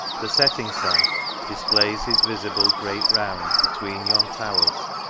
the setting sun displays his visible great round, between yon towers.